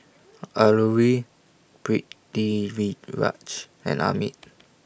Alluri Pritiviraj and Amit